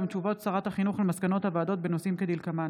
הודעות שרת החינוך על מסקנות הוועדות כדלקמן: